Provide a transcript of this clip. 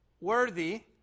worthy